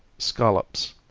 scollops.